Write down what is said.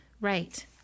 right